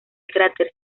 cráter